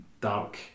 dark